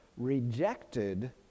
rejected